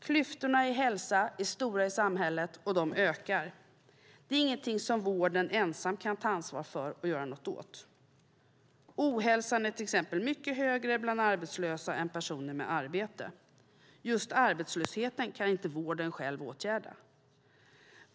Klyftorna i hälsa är stora i samhället, och de ökar. Det är ingenting vården ensam kan ta ansvar för och göra något åt. Ohälsan är till exempel mycket högre bland arbetslösa än bland personer med arbete. Just arbetslösheten kan inte vården själv åtgärda.